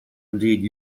indeed